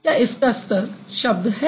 क्या इसका स्तर शब्द है